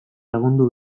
lagundu